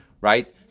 Right